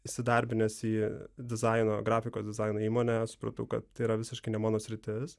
įsidarbinęs į dizaino grafikos dizaino įmonę supratau kad tai yra visiškai ne mano sritis